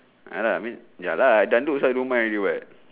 ya lah I mean ya lah dangdut also I don't mind already [what]